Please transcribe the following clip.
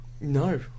No